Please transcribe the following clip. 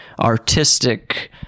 artistic